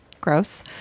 Gross